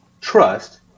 trust